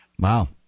Wow